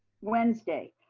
wednesday,